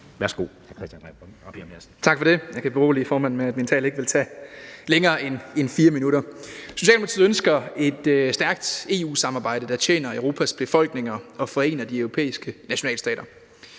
(Ordfører) Christian Rabjerg Madsen (S): Tak for det. Jeg kan berolige formanden med, at min tale ikke vil tage længere end 4 minutter. Socialdemokratiet ønsker et stærkt EU-samarbejde, der tjener Europas befolkninger og forener de europæiske nationalstater.